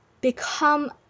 become